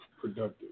Productive